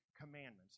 commandments